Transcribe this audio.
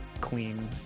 clean